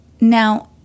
Now